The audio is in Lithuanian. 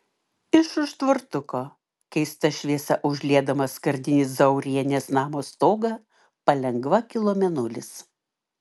iš už tvartuko keista šviesa užliedamas skardinį zaurienės namo stogą palengva kilo mėnulis